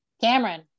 cameron